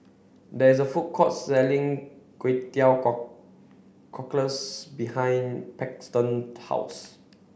there is a food court selling Kway Teow Cockles behind Paxton's house